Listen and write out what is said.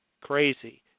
Crazy